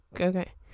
Okay